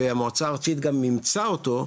והמועצה הארצית גם אימצה אותו,